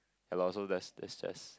ya lor so that the stress